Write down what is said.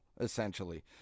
essentially